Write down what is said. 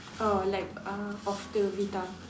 err like uh of the Vita